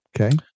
okay